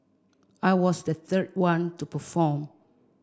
I was the third one to perform